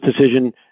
decision